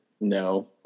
No